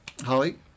holly